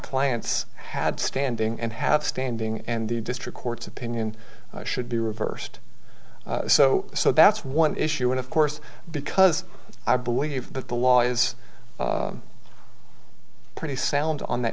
clients had standing and have standing and the district court's opinion should be reversed so so that's one issue and of course because i believe that the law is pretty sound on that